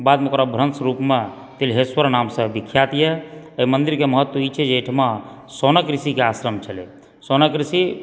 बादमे ओकरा भ्रंस रूपमे तिलहेश्वर नामसँ विख्यात यऽ ओहि मन्दिरके महत्व ई छै जे एहिठमा सौनक ऋषिके आश्रम छलै सौनक ऋषि